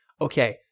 okay